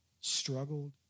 struggled